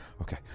Okay